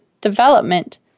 development